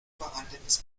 vorhandenes